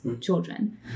children